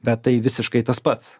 bet tai visiškai tas pats